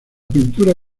pintura